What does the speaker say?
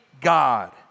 God